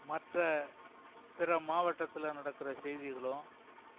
மற்ற பிற மாவட்டத்தில் நடக்கிற செய்திகளும்